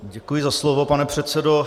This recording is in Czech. Děkuji za slovo, pane předsedo.